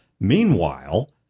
Meanwhile